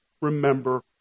remember